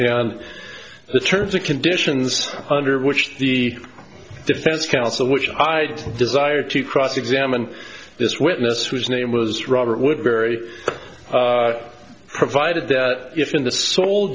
and the terms and conditions under which the defense counsel which i desire to cross examine this witness whose name was robert woodbury provided that